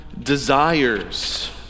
desires